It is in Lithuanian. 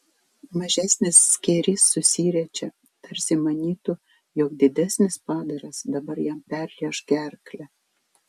mažesnis skėrys susiriečia tarsi manytų jog didesnis padaras dabar jam perrėš gerklę